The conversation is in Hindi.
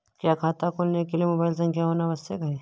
क्या खाता खोलने के लिए मोबाइल संख्या होना आवश्यक है?